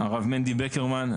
הרב מנדי בקרמן,